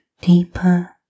deeper